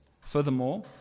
furthermore